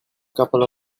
couple